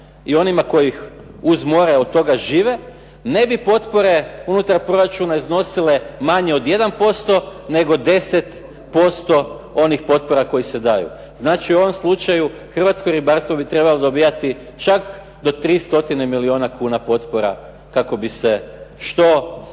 i onima koji uz more od toga žive, ne bi potpore unutar proračuna iznosile manje od 1% nego 10% onih potpora koji se daju. Znači u ovom slučaju Hrvatsko ribarstvo bi trebalo dobivati čak do 300 milijuna kuna potpora kako bi se što bolje